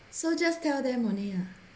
so just tell them only ah